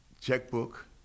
Checkbook